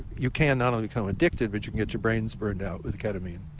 you can not only become addicted but you can get your brains burned out with ketamine.